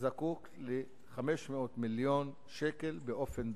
זקוק ל-500 מיליון שקל באופן דחוף,